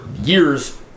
years